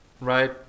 right